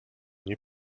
niej